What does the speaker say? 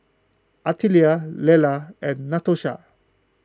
Artelia Lella and Natosha